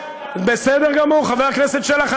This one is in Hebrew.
בסדר גמור, חבר הכנסת שלח.